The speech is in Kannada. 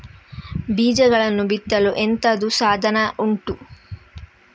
ಬೀಜಗಳನ್ನು ಬಿತ್ತಲು ಎಂತದು ಸಾಧನ ಉಂಟು?